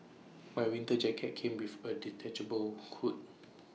my winter jacket came with A detachable hood